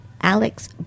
Alex